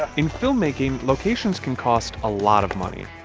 in filmmaking, locations can cost a lot of money.